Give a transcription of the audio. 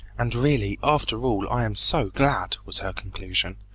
and really, after all, i am so glad was her conclusion.